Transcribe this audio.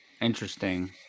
interesting